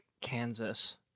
Kansas